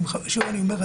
ואני שוב אומר,